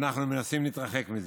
ואנחנו מנסים להתרחק מזה.